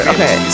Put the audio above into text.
Okay